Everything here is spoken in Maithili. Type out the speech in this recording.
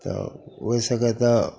तब ओहि सबके तऽ